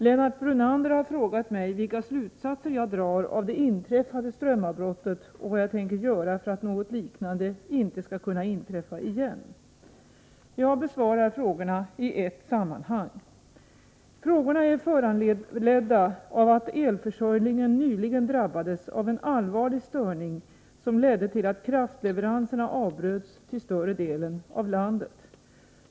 Lennart Brunander har frågat mig vilka slutsatser jag drar av det inträffade strömavbrottet och vad jag tänker göra för att något liknande inte skall kunna inträffa igen. Jag besvarar frågorna i ett sammanhang. Frågorna är föranledda av att elförsörjningen nyligen drabbades av en allvarlig störning som ledde till att kraftleveranserna avbröts till större delen av landet.